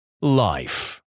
Life